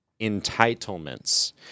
entitlements